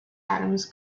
adams